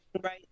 Right